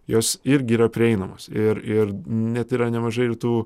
jos irgi yra prieinamos ir ir net yra nemažai ir tų